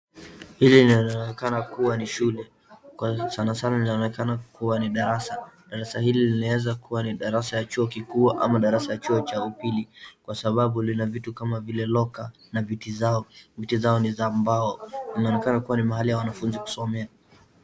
Hii inaonekana kuwa ni shule, sanasana inaoenekana kuwa ni darasa, darasa hili linaweza kuwa ni darasa ya chuo kikuu ama darasa ya chuo cha upili kwa sababu lina vitu kama vile locker na viti zao ni za mbao, inaonekana kuwa ni mahali ya wanafunzi kusomea.